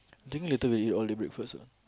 think later we order breakfast ah